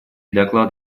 доклад